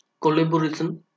collaboration